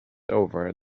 over